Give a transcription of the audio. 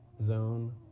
zone